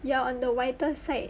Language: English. you're on the whiter side